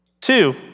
Two